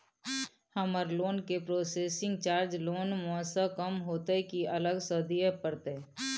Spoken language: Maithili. हमर लोन के प्रोसेसिंग चार्ज लोन म स कम होतै की अलग स दिए परतै?